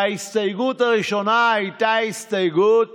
וההסתייגות הראשונה הייתה הסתייגות